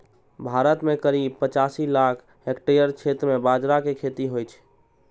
भारत मे करीब पचासी लाख हेक्टेयर क्षेत्र मे बाजरा के खेती होइ छै